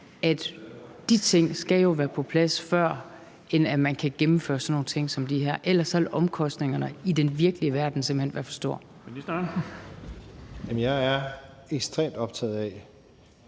at de ting skal være på plads, før man kan gennemføre sådan nogle ting som de her, for ellers vil omkostningerne i den virkelige verden simpelt hen være for store. Kl. 11:47 Den fg. formand